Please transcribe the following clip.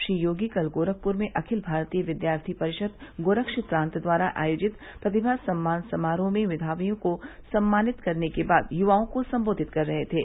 श्री योगी कल गोरखपुर में अखिल भारतीय विद्यार्थी परिषद गोरख प्रान्त द्वारा आयोजित प्रतिमा सम्मान समारोह में मेघावियों को सम्मानित करने के बाद युवाओं को संबोधित कर रहे थे